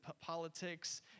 politics